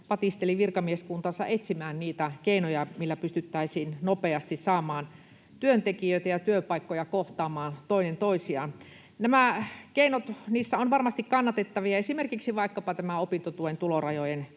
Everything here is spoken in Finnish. patisteli virkamieskuntaansa etsimään niitä keinoja, millä pystyttäisiin nopeasti saamaan työntekijöitä ja työpaikkoja kohtaamaan toinen toisiaan. Näissä keinoissa on varmasti kannatettavia, esimerkiksi tämä opintotuen tulorajojen